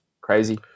Crazy